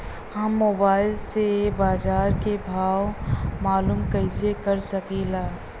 हम मोबाइल से बाजार के भाव मालूम कइसे कर सकीला?